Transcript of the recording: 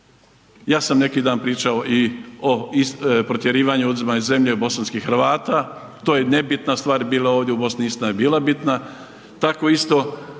Ja sam neki dan pričao o protjerivanju i uzimanju zemlje bosanskih Hrvata, to je nebitna stvar bila ovdje u Bosni, istina je bila bitna, tako isto